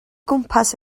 gwmpas